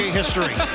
history